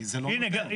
כי זה לא פתרון.